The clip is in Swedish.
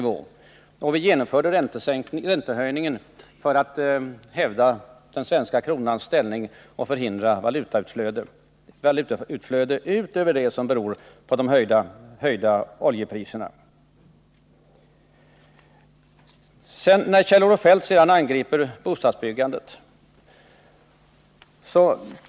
Vi genomförde räntehöjningarna för att hävda den svenska kronans ställning och för att förhindra valutautflöde utöver det som beror på de höjda oljepriserna. Sedan angriper Kjell-Olof Feldt bostadsbyggandet.